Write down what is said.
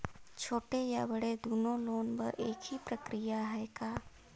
छोटे या बड़े दुनो लोन बर एक ही प्रक्रिया है का?